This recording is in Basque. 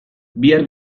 bihar